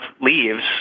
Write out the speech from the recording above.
leaves